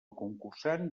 concursant